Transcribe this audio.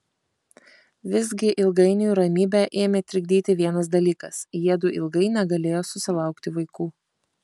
visgi ilgainiui ramybę ėmė trikdyti vienas dalykas jiedu ilgai negalėjo susilaukti vaikų